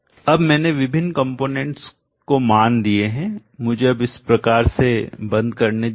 अब मैंने विभिन्न कंपोनेंट्स को मान दिए हैं मुझे अब इस प्रकार से बंद करने दीजिए